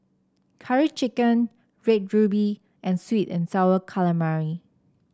Curry Chicken Red Ruby and sweet and sour calamari